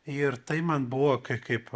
ir tai man buvo kaip